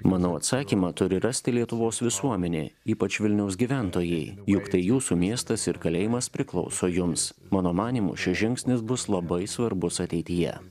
manau atsakymą turi rasti lietuvos visuomenė ypač vilniaus gyventojai juk tai jūsų miestas ir kalėjimas priklauso jums mano manymu šis žingsnis bus labai svarbus ateityje